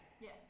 Yes